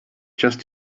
just